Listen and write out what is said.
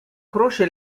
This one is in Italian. croce